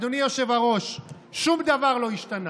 אדוני היושב-ראש, שום דבר לא השתנה.